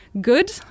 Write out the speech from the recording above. good